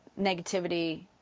negativity